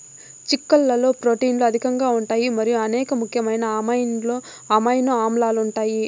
చిక్కుళ్లలో ప్రోటీన్లు అధికంగా ఉంటాయి మరియు అనేక ముఖ్యమైన అమైనో ఆమ్లాలు ఉంటాయి